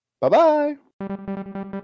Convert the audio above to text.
Bye-bye